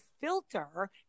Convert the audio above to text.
filter